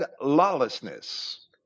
lawlessness